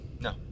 No